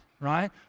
right